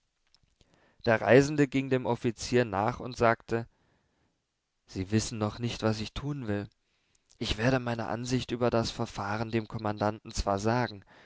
der reisende ging dem offizier nach und sagte sie wissen noch nicht was ich tun will ich werde meine ansicht über das verfahren dem kommandanten zwar sagen